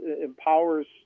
empowers